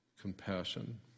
compassion